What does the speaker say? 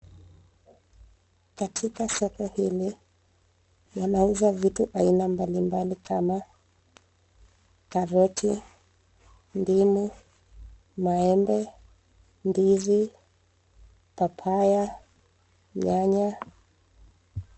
Katika soko hili wanauza vitu aina mbali mbali kama karoti, ndimu, maembe, ndizi papaya, nyanya.